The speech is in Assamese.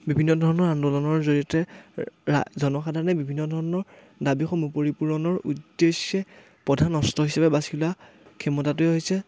বিভিন্ন ধৰণৰ আন্দোলনৰ জৰিয়তে ৰা জনসাধাৰণে বিভিন্ন ধৰণৰ দাবীসমূহ পৰিপূৰণৰ উদ্দেশ্যে প্ৰধান অস্ত্ৰ হিচাপে বাচি লোৱা ক্ষমতাটোৱে হৈছে